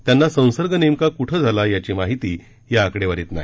त्यांना संसर्ग नेमका कुठे झाला याची माहिती या आकडेवारीत नाही